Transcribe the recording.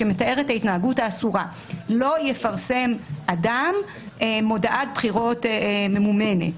שמתאר את ההתנהגות האסורה: לא יפרסם אדם מודעת בחירות ממומנת.